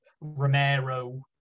Romero